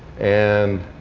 and